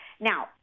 Now